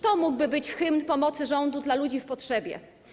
To mógłby być hymn pomocy rządu dla ludzi w potrzebie.